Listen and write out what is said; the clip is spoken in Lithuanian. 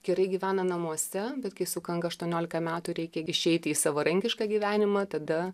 gerai gyvena namuose bet kai sukanka aštuoniolika metų reikia gi išeiti į savarankišką gyvenimą tada